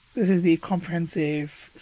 this is the comprehensive